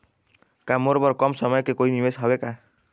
का मोर बर कम समय के कोई निवेश हावे का?